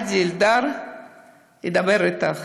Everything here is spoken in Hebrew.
עדי אלדר ידבר איתך,